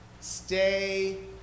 Stay